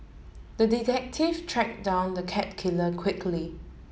the detective track down the cat killer quickly